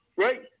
Right